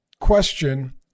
Question